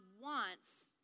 wants